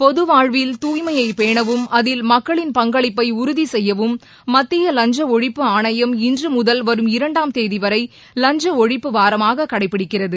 பொதுவாழ்வில் தூய்மையை பேணவும் அதில் மக்களின் பங்களிப்பை உறுதி செய்யவும் மத்திய வஞ்ச ஒழிப்பு ஆணையம் இன்று முதல் வரும் இரண்டாம் தேதி வரை லஞ்ச ஒழிப்பு வாரமாக கடைபிடிக்கிறது